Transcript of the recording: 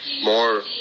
more